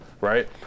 right